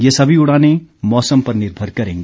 ये सभी उड़ानें मौसम पर निर्भर करेंगी